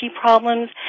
problems